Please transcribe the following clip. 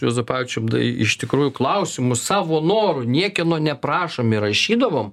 juozapavičium tai iš tikrųjų klausimus savo noru niekieno neprašomi rašydavom